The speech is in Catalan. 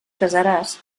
casaràs